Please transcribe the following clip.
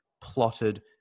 plotted